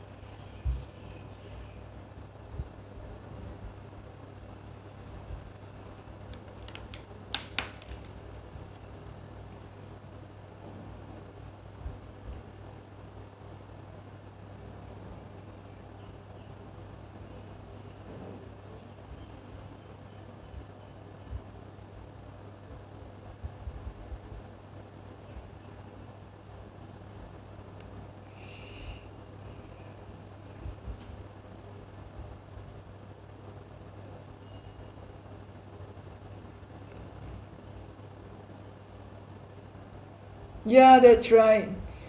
yeah that's right